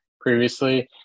previously